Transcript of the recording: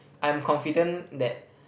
I'm confident that